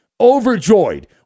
overjoyed